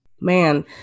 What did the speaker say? Man